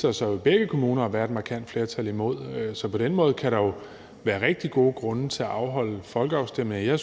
sig jo i begge kommuner at være et markant flertal imod. Så på den måde kan der jo være rigtig gode grunde til at afholde folkeafstemninger. Jeg